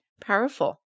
powerful